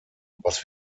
was